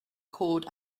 cord